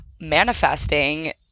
manifesting